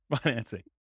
financing